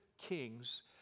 kings